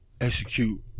execute